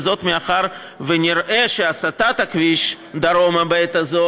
וזאת מאחר שנראה שהסטת הכביש דרומה בעת הזאת